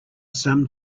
some